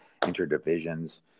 interdivisions